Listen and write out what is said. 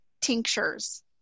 tinctures